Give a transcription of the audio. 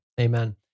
Amen